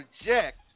reject